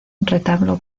retablo